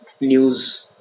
news